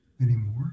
anymore